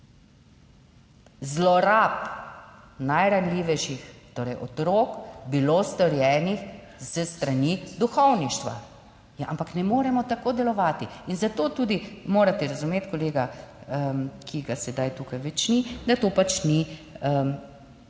zlorab najranljivejših, torej otrok, bilo storjenih s strani duhovništva? Ja, ampak ne moremo tako delovati. In zato tudi morate razumeti kolega, ki ga sedaj tukaj več ni, da to pač ni,